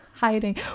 hiding